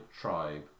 tribe